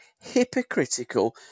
hypocritical